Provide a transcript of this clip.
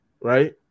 right